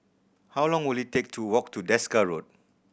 how long will it take to walk to Desker Road